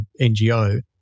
NGO